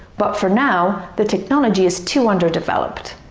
but for now the technology is too underdeveloped